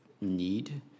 need